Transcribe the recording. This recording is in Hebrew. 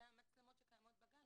מהמצלמות שקיימות בגן.